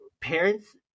parents